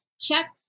check